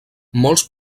molts